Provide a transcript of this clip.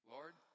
Lord